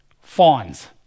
fawns